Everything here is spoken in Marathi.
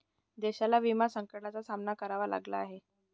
देशाला विमा संकटाचा सामना करावा लागला आहे